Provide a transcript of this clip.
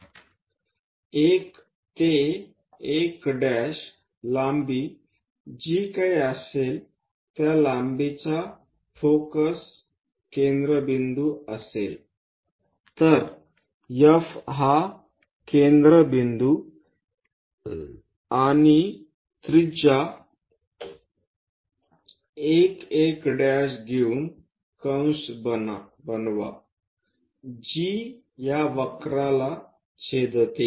म्हणून 1 ते 1 लांबी जे काही असेल त्या लांबीचा फोकस केंद्रबिंदू असेल तर F हा केंद्रबिंदू आणि त्रिज्या 1 1 घेउं कंस बनवा जी या वक्रला छेदते